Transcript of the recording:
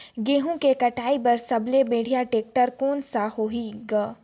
गहूं के कटाई पर सबले बढ़िया टेक्टर कोन सा होही ग?